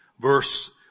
Verse